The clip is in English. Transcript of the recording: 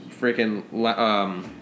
freaking